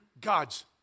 God's